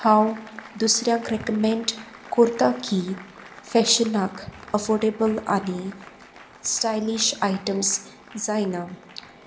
हांव दुसऱ्यांक रेकमेंड कुर्ता की फॅशनाक अफोर्डेबल आनी स्टायलीश आयटम्स जायना